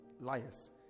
liars